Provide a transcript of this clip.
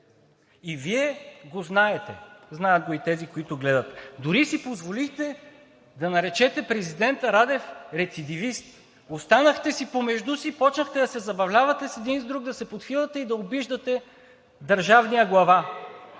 Вие го знаете, знаят го и тези, които гледат, а дори си позволихте да наречете президента Радев рецидивист. Останахте помежду си и почнахте да се забавлявате един с друг, да се подхилвате и да обиждате държавния глава.